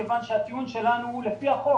כיוון שהטיעון שלנו מדבר על החוק.